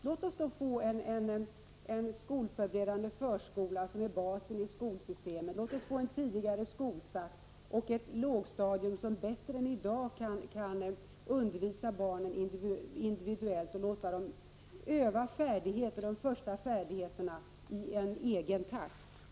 Låt oss få en skolförberedande förskola som bas i skolsystemet, låt oss få en tidigare skolstart och ett lågsta dium som bättre än i dag kan undervisa barnen individuellt och låta dem öva de första färdigheterna i egen takt!